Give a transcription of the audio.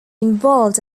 involved